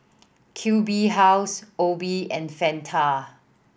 Q B House Obey and Fanta